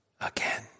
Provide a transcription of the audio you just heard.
again